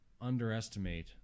underestimate